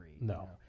No